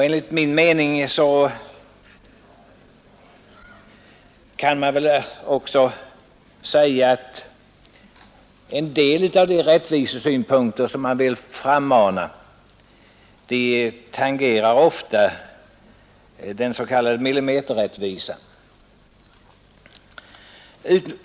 Enligt min mening tangerar en del av de rättvisesynpunkter som man vill framhålla ofta den s.k. millimeterrättvisan.